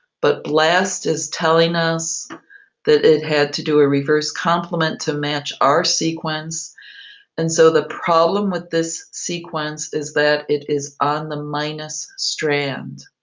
but blast is telling us that it had to do a reverse complement to match our sequence and so the problem with this sequence is that it is on the minus strand.